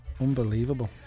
Unbelievable